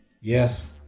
Yes